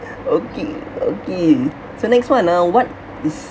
okay okay so next one uh what is